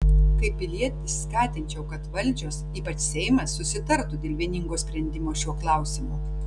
kaip pilietis skatinčiau kad valdžios ypač seimas susitartų dėl vieningo sprendimo šiuo klausimu